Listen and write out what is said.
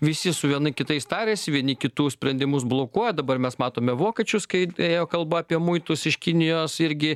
visi su vieni kitais tariasi vieni kitų sprendimus blokuoja dabar mes matome vokiečius kai ėjo kalba apie muitus iš kinijos irgi